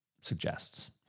suggests